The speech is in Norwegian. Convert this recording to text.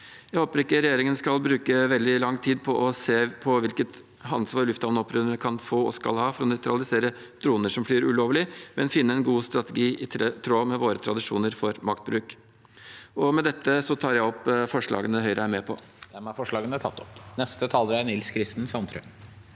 Jeg håper ikke regjeringen skal bruke veldig lang tid på å se på hvilket ansvar lufthavnoperatørene kan få og skal ha for å nøytralisere droner som flyr ulovlig, men finne en god strategi i tråd med våre tradisjoner for maktbruk. Med dette tar jeg opp forslagene Høyre er med på. Presidenten